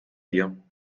dir